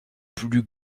plus